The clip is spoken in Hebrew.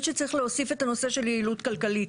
שצריך להוסיף את הנושא של יעילות כלכלית,